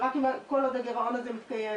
ורק אם כל עוד הגירעון הזה מתקיים.